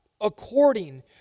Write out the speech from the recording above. according